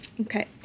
Okay